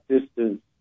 distance